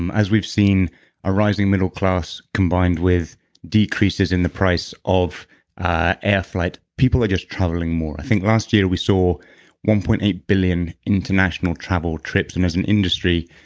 and as we've seen a rising middle class combined with decreases in the price of air flight, people are just traveling more. i think last year we saw one point eight billion international travel trips. and as an industry,